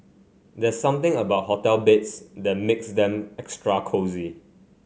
there's something about hotel beds that makes them extra cosy